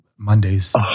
mondays